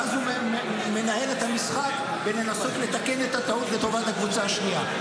ואז הוא מנהל את המשחק בלנסות לתקן את הטעות לטובת הקבוצה השנייה.